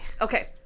Okay